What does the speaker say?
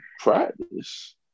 practice